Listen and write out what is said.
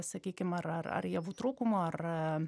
sakykim ar ar ar javų trūkumo ar